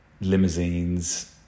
limousines